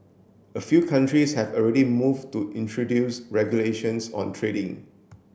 a few countries have already moved to introduce regulations on trading